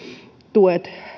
tuet